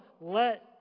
let